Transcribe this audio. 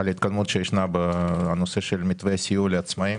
ההתקדמות שישנה בנושא של מתווה הסיוע לעצמאים.